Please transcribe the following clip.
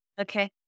Okay